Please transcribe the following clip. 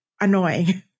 annoying